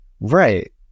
right